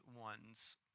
ones